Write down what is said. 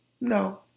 No